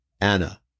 Anna